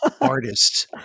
artists